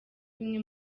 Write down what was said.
bimwe